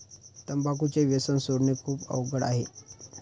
तंबाखूचे व्यसन सोडणे खूप अवघड आहे